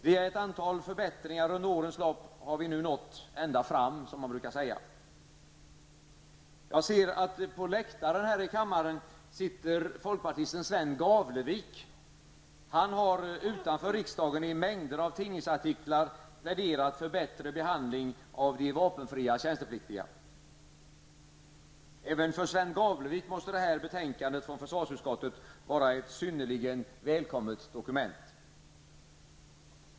Via ett antal förbättringar under årens lopp har vi nu nått ända fram, som man brukar säga. Jag ser att på läktaren sitter folkpartisten Sven Gavlevik. Han har utanför riksdagen i en mängd tidningsartiklar pläderat för bättre behandling av de vapenfria tjänstepliktiga. Även för honom måste försvarsutskottets betänkande vara ett synnerligen välkommet dokument.